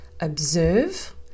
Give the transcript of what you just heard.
observe